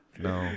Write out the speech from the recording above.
no